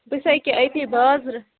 بہٕ چھَس یہِ کہِ أتی بازرٕ